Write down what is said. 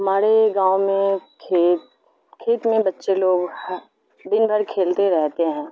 مارے گاؤں میں کھیت کھیت میں بچے لوگ دن بھر کھیلتے رہتے ہیں